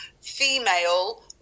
female